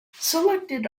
selected